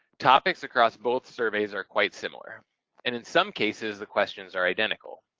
topics across both surveys are quite similar and in some cases the questions are identical.